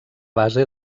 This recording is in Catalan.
base